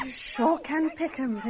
um so can pick em,